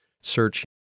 search